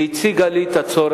והיא הציגה לי את הצורך